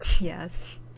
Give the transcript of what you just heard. Yes